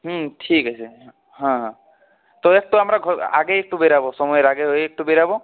হুম ঠিক আছে হ্যাঁ হ্যাঁ তবে একটু আমরা আগেই একটু বেরোব সময়ের আগে হয়ে একটু বেরোব